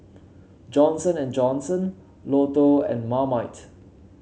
Johnson And Johnson Lotto and Marmite